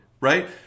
Right